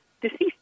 deceased